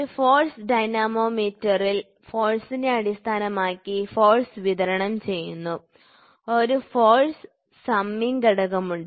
ഒരു ഫോഴ്സ് ഡൈനാമോമീറ്ററിൽ ഫോഴ്സിനെ അടിസ്ഥാനമാക്കി ഫോഴ്സ് വിതരണം ചെയ്യുന്നു ഒരു ഫോഴ്സ് സമ്മിംഗ് ഘടകമുണ്ട്